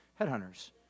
headhunters